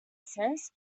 essays